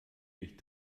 durch